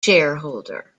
shareholder